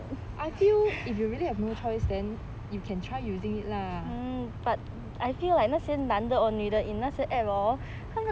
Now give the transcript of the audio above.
I feel if you really have no choice then you can try using it lah